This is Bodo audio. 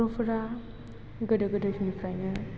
बर'फोरा गोदो गोदाय फोरनिफ्राइनो